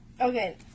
Okay